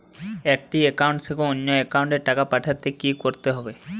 একটি একাউন্ট থেকে অন্য একাউন্টে টাকা পাঠাতে কি করতে হবে?